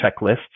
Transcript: checklists